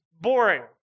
Boring